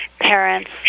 parents